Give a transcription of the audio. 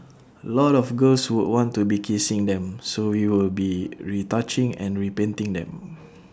A lot of girls would want to be kissing them so we will be retouching and repainting them